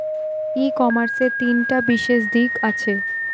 ই কমার্সের তিনটা বিশেষ দিক আছে